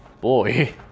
boy